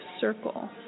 circle